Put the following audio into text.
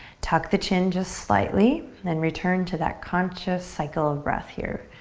tuck the chin just slightly, then return to that conscious cycle of breath here.